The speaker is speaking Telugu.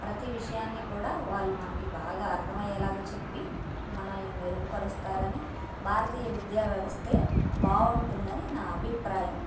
ప్రతీ విషయాన్ని కూడా వాళ్ళు మనకి బాగా అర్దం అయ్యేలా చెప్పి మనల్ని మెరుగుపరుస్తారు అని భారతీయ విద్యా వ్యవస్తే బాగుంటుంది అని నా అభిప్రాయం